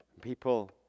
People